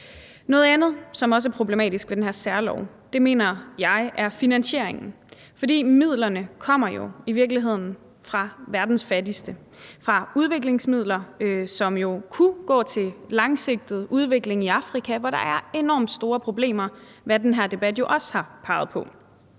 Noget andet, som også er problematisk ved den her særlov, mener jeg er finansieringen. For midlerne kommer i virkeligheden fra verdens fattigste, nemlig fra udviklingsmidler, som kunne gå til langsigtet udvikling i Afrika, hvor der er enormt store problemer, hvad den her debat jo også har peget på.